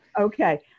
Okay